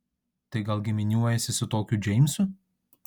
tai gal giminiuojiesi su tokiu džeimsu